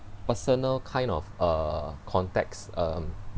personal kind of uh context um